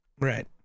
right